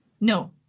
No